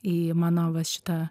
į mano va šitą